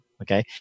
Okay